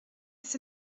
ist